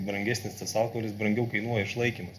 brangesnis tas alkoholis brangiau kainuoja išlaikymas